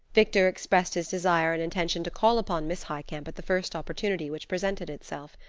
victor expressed his desire and intention to call upon miss highcamp at the first opportunity which presented itself.